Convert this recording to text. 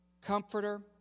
Comforter